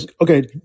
Okay